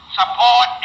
support